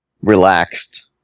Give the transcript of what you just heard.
relaxed